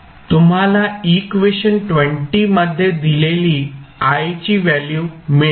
तुम्हाला इक्वेशन मध्ये दिलेली i ची व्हॅल्यू मिळेल